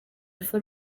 alpha